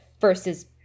versus